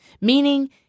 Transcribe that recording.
Meaning